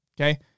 Okay